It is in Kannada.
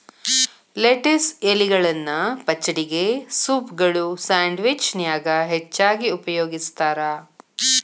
ಲೆಟಿಸ್ ಎಲಿಗಳನ್ನ ಪಚಡಿಗೆ, ಸೂಪ್ಗಳು, ಸ್ಯಾಂಡ್ವಿಚ್ ನ್ಯಾಗ ಹೆಚ್ಚಾಗಿ ಉಪಯೋಗಸ್ತಾರ